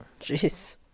Jeez